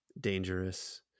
dangerous